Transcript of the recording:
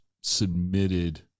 submitted